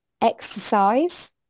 exercise